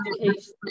Education